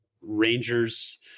Rangers